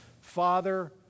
Father